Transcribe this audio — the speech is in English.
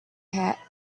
hat